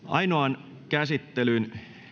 ainoaan käsittelyyn